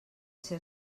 ser